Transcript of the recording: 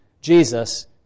Jesus